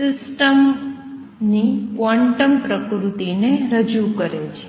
સિસ્ટમની ક્વોન્ટમ પ્રકૃતિને રજૂ કરે છે